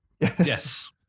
Yes